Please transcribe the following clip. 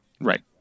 Right